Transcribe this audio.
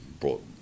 brought